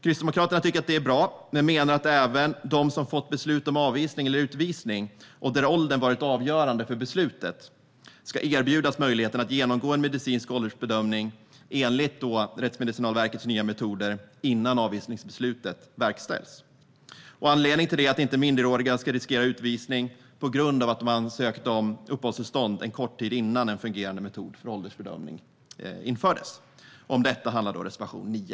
Kristdemokraterna tycker att det är bra men menar att även de som har fått beslut om avvisning eller utvisning, och där åldern varit avgörande för beslutet, ska erbjudas möjligheten att genomgå en medicinsk åldersbedömning enligt Rättsmedicinalverkets nya metoder innan avvisningsbeslutet verkställs. Anledningen till detta är att minderåriga inte ska riskera utvisning på grund av att de ansökt om uppehållstillstånd en kort tid innan en fungerande metod för åldersbedömning infördes. Om detta handlar reservation 9.